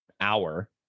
hour